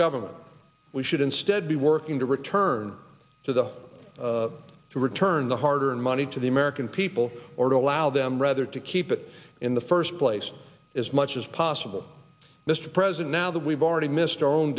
government we should instead be working to return to the to return the harder and money to the american people or to allow them rather to keep it in the first place as much as possible mr president now that we've already missed our own